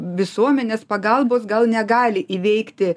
visuomenės pagalbos gal negali įveikti